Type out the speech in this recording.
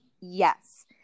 Yes